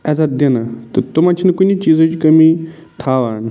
عزت دِنہٕ تہٕ تٔمَن چھِنہٕ کُنہِ چیٖزٕچ کٔمی تھاوان